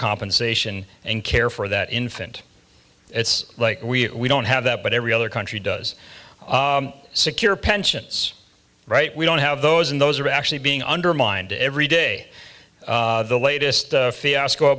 compensation and care for that infant it's like we don't have that but every other country does secure pensions right we don't have those and those are actually being undermined every day the latest fiasco